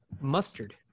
mustard